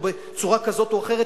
או בצורה כזאת או אחרת,